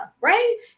right